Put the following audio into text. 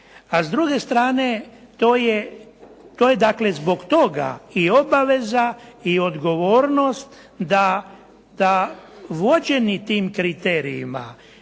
A s druge strane to je dakle zbog toga i obaveza i odgovornost da vođeni tim kriterijima